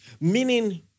Meaning